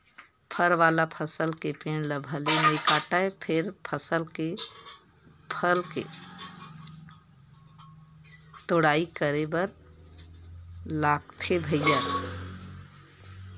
फर वाला फसल के पेड़ ल भले नइ काटय फेर फल के तोड़ाई करे बर लागथे भईर